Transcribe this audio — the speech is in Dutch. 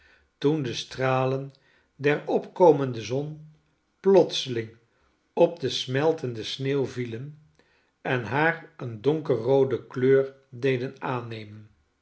toen de stralen der opkomende zon plotseling op de smeltende sneeuw vielen en haar een donkerroode kleur deden aannemen